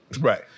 Right